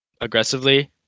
aggressively